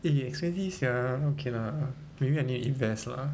eh expensive sia okay lah maybe I need to invest lah